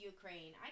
Ukraine